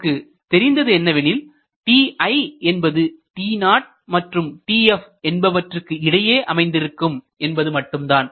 நமக்குத் தெரிந்தது என்னவெனில் ti என்பது t0 மற்றும் tf என்பவற்றுக்கு இடையே அமைந்திருக்கும் என்பது மட்டும்தான்